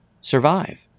survive